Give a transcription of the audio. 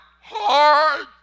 hard